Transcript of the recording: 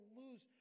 lose